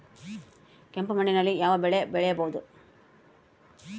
ಕೆಂಪು ಮಣ್ಣಿನಲ್ಲಿ ಯಾವ ಬೆಳೆ ಬೆಳೆಯಬಹುದು?